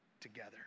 together